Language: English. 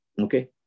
Okay